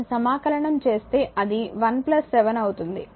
దీన్ని సమాకలనం చేస్తే అది 1 7 అవుతుంది